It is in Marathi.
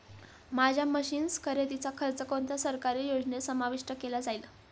माझ्या मशीन्स खरेदीचा खर्च कोणत्या सरकारी योजनेत समाविष्ट केला जाईल?